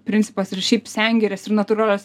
principas ir šiaip sengirės ir natūralios